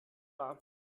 war